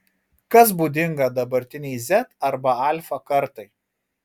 kas būdinga dabartinei z arba alfa kartai